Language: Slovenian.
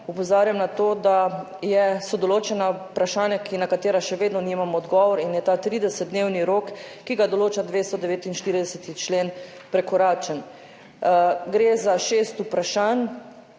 opozarjam na to, da so določena vprašanja, na katera še vedno nimamo odgovor in je ta 30-dnevni, ki ga določa 249. člen, prekoračen. Gre za šest vprašanj,